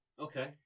okay